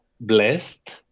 blessed